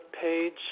page